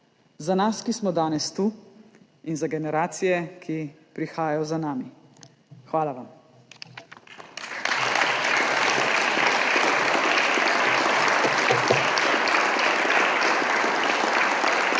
za nas, ki smo danes tu, in za generacije, ki prihajajo za nami! Hvala vam.